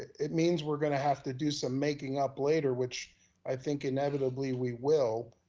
it means we're gonna have to do some making up later, which i think inevitably we will,